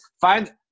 find